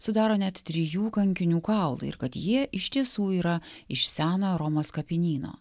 sudaro net trijų kankinių kaulai ir kad jie iš tiesų yra iš senojo romos kapinyno